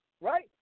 right